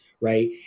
right